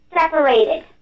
Separated